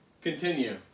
Continue